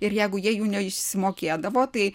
ir jeigu jie jų ne išsimokėdavo tai